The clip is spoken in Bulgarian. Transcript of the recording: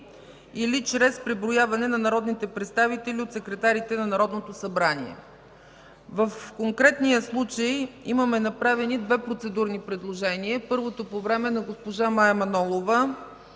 или чрез преброяване на народните представители от секретарите на Народното събрание. В конкретния случай имаме направени две процедурни предложения. Първото по време е на госпожа Мая Манолова